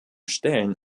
stellen